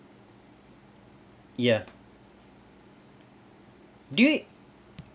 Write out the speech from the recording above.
ya do you